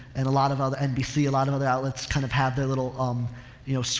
and a lot of other, nbc, a lot of other outlets kind of have their little, um you know,